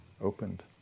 opened